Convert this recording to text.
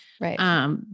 Right